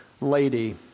lady